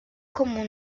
como